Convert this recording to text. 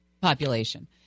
population